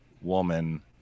woman